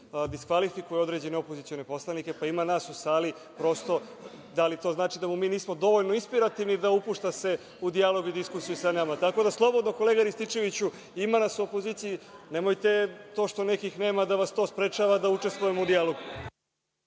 diskvalifikuje opozicione poslanike. Ima nas u sali. Da li to znači da mu nismo dovoljno inspirativni da se upušta u dijalog i diskusiju sa nama? Slobodno, kolega Rističeviću, ima nas u opoziciji, nemojte, to što nekih nema, da vas to sprečava da učestvujemo u dijalogu.